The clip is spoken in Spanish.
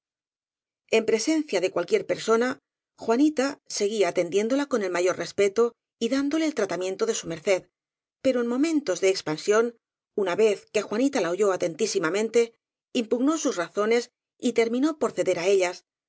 en presencia de cualquiera persona juanita seguía atendiéndola con el mayor respeto y dándole el tratamiento de su merced pero en momentos de expansión una vez que juanita la oyó atentísimamente impugnó sus razones y terminó por ceder á ellas